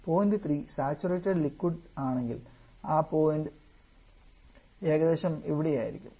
point 3 saturated liquid ആണെങ്കിൽ ആ point ഏകദേശം ഇവിടെയായിരിക്കും